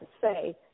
say